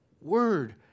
word